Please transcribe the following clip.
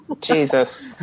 Jesus